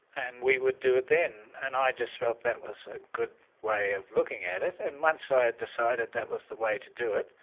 and we would do it then. and i just felt that was a good way of looking at it. and once ah i had decided that was the way to do it,